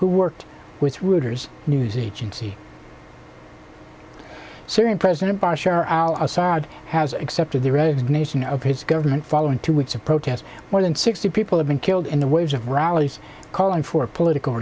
who worked with routers news agency syrian president bashar al assad has accepted the resignation of his government following two weeks of protests more than sixty people have been killed in the waves of rallies calling for political